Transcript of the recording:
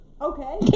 Okay